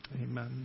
Amen